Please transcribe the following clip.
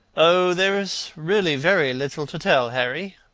oh, there is really very little to tell, harry,